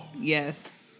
Yes